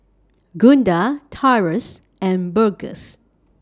Gunda Tyrus and Burgess